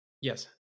Yes